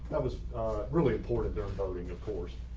that was really important. they're covering of course.